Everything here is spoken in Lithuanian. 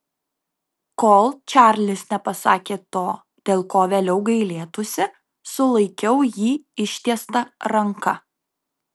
kol čarlis nepasakė to dėl ko vėliau gailėtųsi sulaikiau jį ištiesta ranka